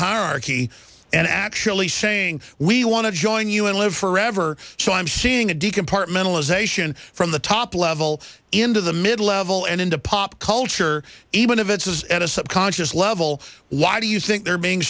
hierarchy and actually saying we want to join us live forever so i'm seeing a de compartmentalization from the top level into the mid level and into pop culture even if it's at a subconscious level why do you think they're being